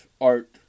art